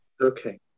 okay